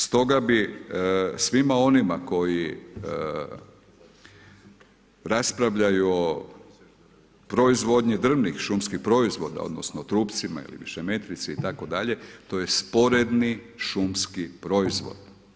Stoga bi svima onima koji raspravljaju o proizvodnji drvnih šumskih proizvoda odnosno trupcima ili šemetrici itd. to je sporedni šumski proizvod.